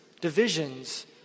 divisions